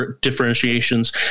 differentiations